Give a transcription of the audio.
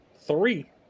three